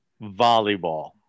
volleyball